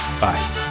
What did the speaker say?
Bye